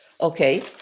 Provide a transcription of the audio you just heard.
Okay